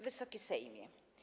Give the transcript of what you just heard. Wysoki Sejmie!